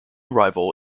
rival